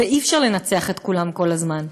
אי-אפשר לנצח את כולם כל הזמן,